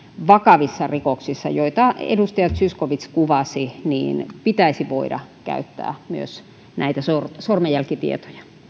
vakavissa rikoksissa joita edustaja zyskowicz kuvasi pitäisi voida käyttää myös sormenjälkitietoja